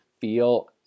feel